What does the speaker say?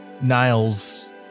Niles